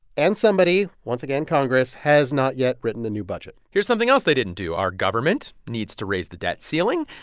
and somebody once again, congress has not yet written the new budget here's something else they didn't do. our government needs to raise the debt ceiling,